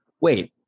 Wait